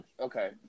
Okay